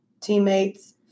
teammates